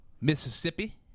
Mississippi